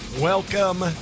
welcome